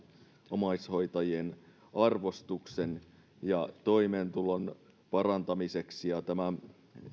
omaishoitajien arvostuksen ja toimeentulon parantamiseksi tämä